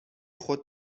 خود